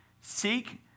Seek